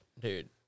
Dude